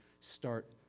start